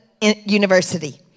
University